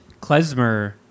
klezmer